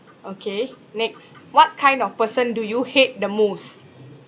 okay next what kind of person do you hate the most